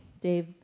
Dave